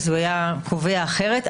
הוא היה קובע אחרת.